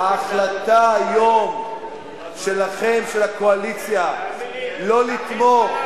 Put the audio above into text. ההחלטה היום שלכם, של הקואליציה, לא לתמוך,